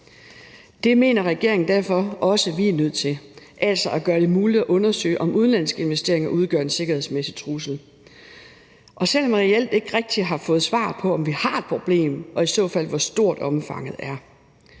Det mener regeringen derfor også vi er nødt til, altså at gøre det muligt at undersøge, om udenlandske investeringer udgør en sikkerhedsmæssig trussel, selv om jeg reelt ikke rigtig har fået svar på, om vi har et problem, og i så fald, hvor stort omfanget er.